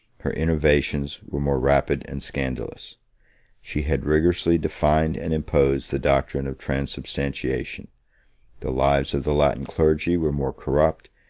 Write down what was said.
her innovations were more rapid and scandalous she had rigorously defined and imposed the doctrine of transubstantiation the lives of the latin clergy were more corrupt,